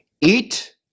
Eat